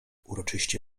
uroczyście